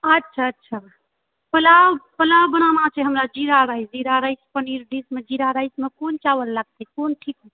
अच्छा अच्छा अच्छा पोलाव पोलाव बनाना छै हमरा जीरा राइस जीरा राइस पनीर जीरा राइस मेकां चावल लागतै कोन